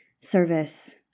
service